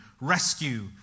rescue